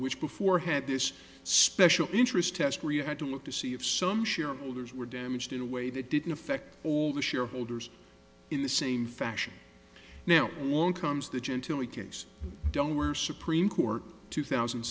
which before had this special interest test where you had to look to see if some shareholders were damaged in a way that didn't affect all the shareholders in the same fashion now all along comes the gentilly case don't where supreme court two thousand and